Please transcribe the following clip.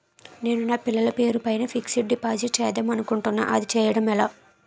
నేను నా పిల్లల పేరు పైన ఫిక్సడ్ డిపాజిట్ చేద్దాం అనుకుంటున్నా అది చేయడం ఎలా?